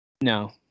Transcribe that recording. No